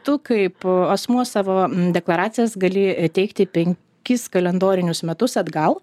tu kaip asmuo savo deklaracijas gali teikti penkis kalendorinius metus atgal